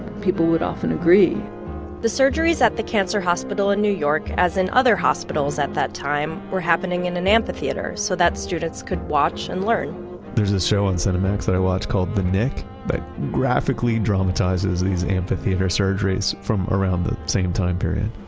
people would often agree the surgeries at the cancer hospital in new york as in other hospitals at that time were happening in an amphitheater so that students could watch and learn there's a show on cinemax that i watch called, the knick that but graphically dramatizes these amphitheater surgeries from around the same time period.